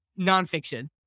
nonfiction